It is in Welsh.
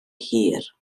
hir